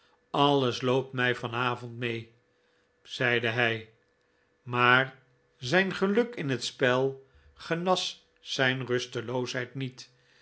alles loopt mij van avond mee zeide hij maar zijn geluk in het spel genas zijn rusteloosheid niet